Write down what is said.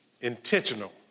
intentional